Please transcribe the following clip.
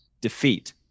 defeat